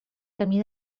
camí